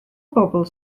bobl